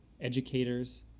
educators